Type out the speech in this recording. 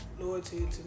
Loyalty